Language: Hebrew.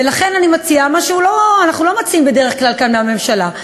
ולכן אני מציעה מה שאנחנו לא מציעים בדרך כלל כאן מהממשלה,